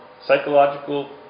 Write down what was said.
psychological